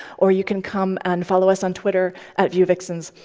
or you can come and follow us on twitter at vuevixens.